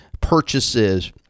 purchases